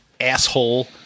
asshole